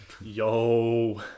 Yo